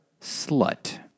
slut